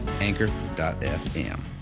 anchor.fm